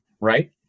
right